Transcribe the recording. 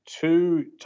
Two